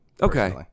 Okay